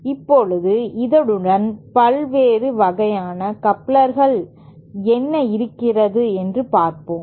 இப்போது இதனுடன் பல்வேறு வகையான கப்ளர்கள் என்ன இருக்கிறது பார்ப்போம்